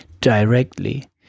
directly